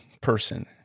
person